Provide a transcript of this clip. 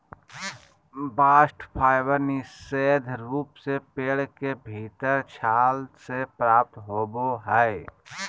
bast fibre विशेष रूप से पेड़ के भीतरी छाल से प्राप्त होवो हय